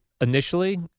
initially